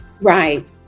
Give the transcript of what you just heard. Right